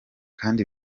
kandi